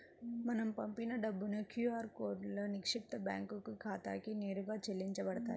మనం పంపిన డబ్బులు క్యూ ఆర్ కోడ్లో నిక్షిప్తమైన బ్యేంకు ఖాతాకి నేరుగా చెల్లించబడతాయి